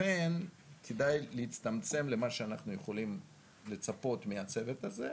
לכן כדאי להצטמצם למה שאנחנו יכולים לצפות מהצוות הזה,